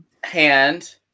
hand